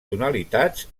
tonalitats